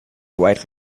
white